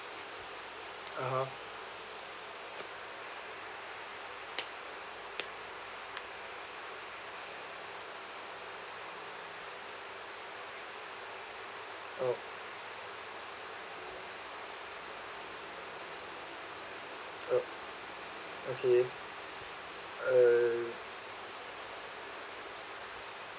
uh uh uh okay uh